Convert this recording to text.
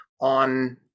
on